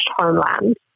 homeland